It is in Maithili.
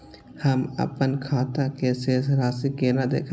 हम अपन खाता के शेष राशि केना देखब?